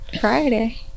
Friday